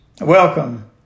Welcome